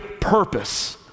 purpose